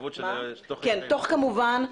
התחייבות של --- תוך כמובן,